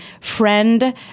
friend